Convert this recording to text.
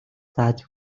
зааж